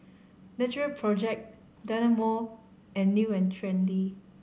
Natural Project Dynamo and New and Trendy